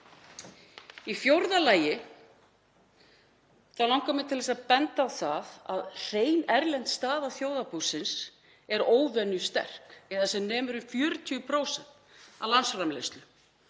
Í fjórða lagi langar mig til að benda á það að hrein erlend staða þjóðarbúsins er óvenju sterk eða sem nemur um 40% af landsframleiðslu.